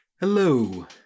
Hello